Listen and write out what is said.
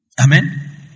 Amen